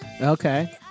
Okay